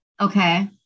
Okay